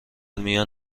میان